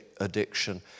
addiction